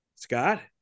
scott